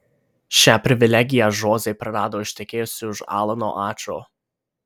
šią privilegiją žozė prarado ištekėjusi už alano ačo